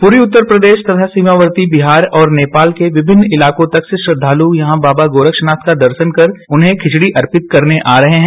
पूर्वी उत्तर प्रदेश तथा सीमावर्ती बिहार और नेपाल के विभिन्न इलाकों तक से श्रद्धालु यहां बाबा गोस्कनाथ का दर्शन कर उन्हें खिचड़ी अर्पित करने आ रहे हैं